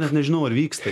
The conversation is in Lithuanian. net nežinau ar vyksta